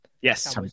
Yes